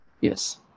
Yes